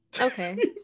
okay